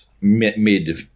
mid